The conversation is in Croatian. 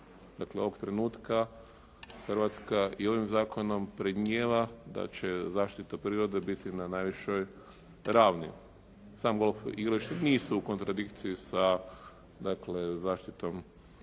Dakle ovog trenutka Hrvatska i ovim zakonom predmnijeva da će zaštita prirode biti na najvišoj ravni. Samo golf igralište nisu u kontradikciji dakle sa zaštitom prirode.